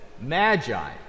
magi